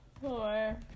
Four